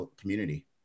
community